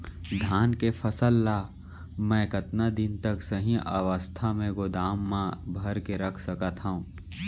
धान के फसल ला मै कतका दिन तक सही अवस्था में गोदाम मा भर के रख सकत हव?